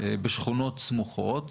בשכונות סמוכות,